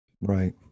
Right